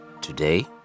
Today